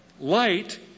Light